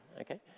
Okay